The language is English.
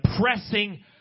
pressing